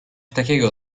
takiego